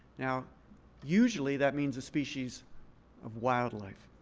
now usually that means a species of wildlife.